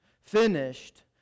finished